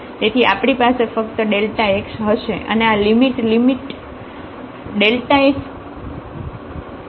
તેથી આપણી પાસે ફક્ત x હશે અને આ લિમિટ x→0 લેતા તે 0 તરફ જશે